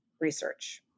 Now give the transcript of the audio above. research